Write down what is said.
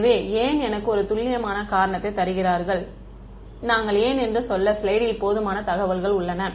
எனவே ஏன் எனக்குத் ஒரு துல்லியமான காரணத்தை தருகிறார்கள் நாங்கள் ஏன் என்று சொல்ல ஸ்லைடில் போதுமான தகவல்கள் உள்ளன